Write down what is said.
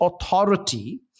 authority